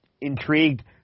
intrigued